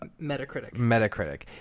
Metacritic